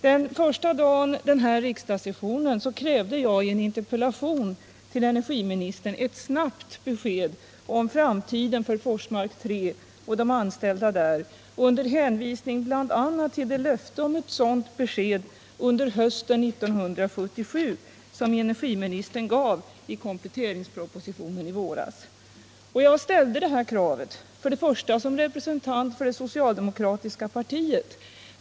Den första dagen av den här riksdagssessionen krävde jag i en interpellation till energiministern ett snabbt besked om framtiden för Forsmark 3 och de anställda där, under hänvisning bl.a. till det löfte om ett sådant besked under hösten 1977 som energiministern gav i kompletteringspropositionen i våras. Jag framställde min interpellation som representant för det socialdemokratiska partiet.